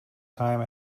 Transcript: time